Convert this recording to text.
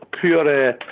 pure